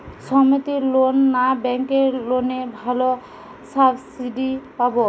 সমিতির লোন না ব্যাঙ্কের লোনে ভালো সাবসিডি পাব?